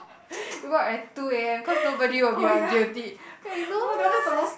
report at two A_M cause nobody will be on duty well you know lah